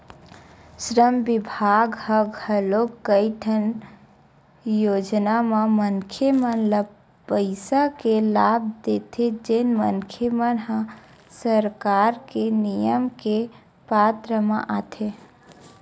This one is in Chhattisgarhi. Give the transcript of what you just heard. श्रम बिभाग ह घलोक कइठन योजना म मनखे मन ल पइसा के लाभ देथे जेन मनखे मन ह सरकार के नियम के पात्र म आथे